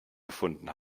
gefunden